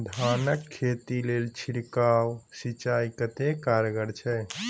धान कऽ खेती लेल छिड़काव सिंचाई कतेक कारगर छै?